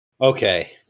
okay